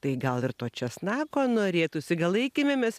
tai gal ir to česnako norėtųsi gal eikime mes